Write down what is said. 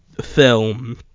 film